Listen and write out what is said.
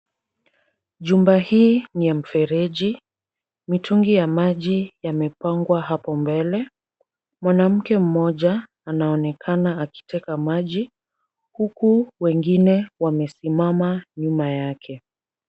Jumba hii ni ya mfereji. Mitungi ya maji yamepangwa hapo mbele. Mwanamke mmoja anaonekana akiteka maji, huku wengine wamesimama nyuma yake.